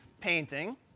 painting